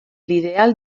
ideal